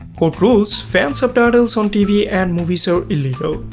court rules fan subtitles on tv and movies are illegal.